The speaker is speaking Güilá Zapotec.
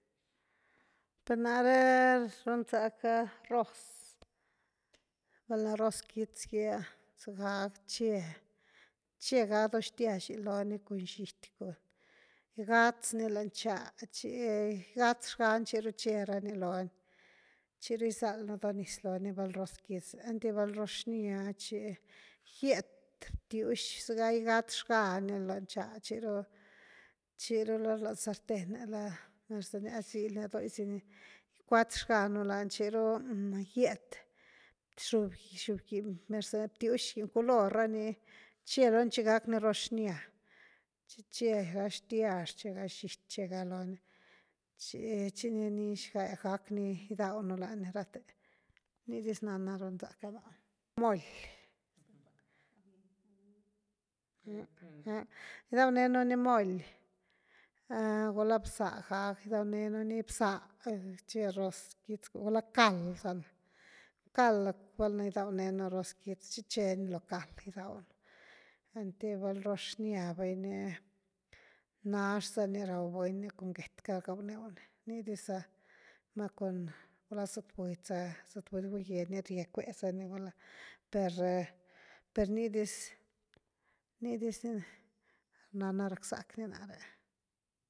Per nare run zacka roz, valna roz quitz gi ha sega tche-tche ga do xtyax lony cun xity, cun gickarz ni lany cha, tchi gigatz xgani tchi ru che ra ni lony, chiru gizald nú do niz loni val roz quitz ni, einty val roz xnya thi gyet btywz zega gigatz xga ni lany chá, chiru-chiru lany sarten, ra mer za nia a sil ni gula doi si nigicuatz xga nú lani tchiru giet xob, xogyny mer za, btiux, giny color raa ni che loni tchi gack ni roz xnya chi che ga xtyax che ga xity chega lo ni, tchi-tchi ni nix gack ni gidaw nú lani rathe, ni dis nana run zack na, molyah gidaw nenu ni moli, gula bzá gag gidaw nenu ni, bza che roz quitz gula cald za na, cald valna gidawne nú roz quitz chi che ni lo cald gydaw nú, einty val roz xnya vai’ni nax za ni raw buny cun get cka gaw new ni, ni diz za na cun, gulá zetbudy za, zetbudy buyee ni za ni rie cue za ni vala, per-per ni diz-ni diz ni nana rack zack ni náre.